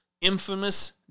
infamous